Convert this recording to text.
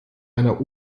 einer